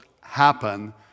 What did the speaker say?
happen